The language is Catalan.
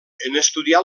estudiar